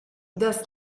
das